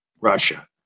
russia